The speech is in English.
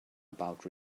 about